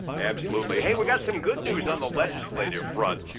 absolutely. hey, we got some good news on the legislative front,